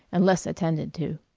and less attended to.